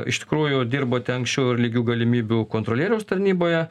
iš tikrųjų dirbote anksčiau ir lygių galimybių kontrolieriaus tarnyboje